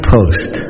Post